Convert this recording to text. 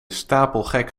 stapelgek